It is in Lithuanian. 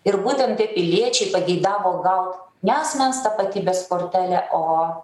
ir būtent tie piliečiai pageidavo gaut ne asmens tapatybės kortelę o